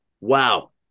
Wow